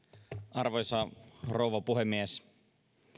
arvoisa rouva puhemies